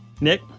Nick